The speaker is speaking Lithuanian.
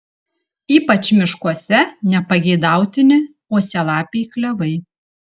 ypač miškuose nepageidautini uosialapiai klevai